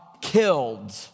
killed